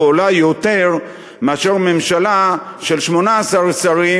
או עולה יותר מאשר ממשלה של 18 שרים,